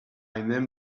name